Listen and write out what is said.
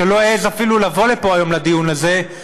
שלא העז אפילו לבוא לפה היום לדיון הזה,